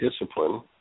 discipline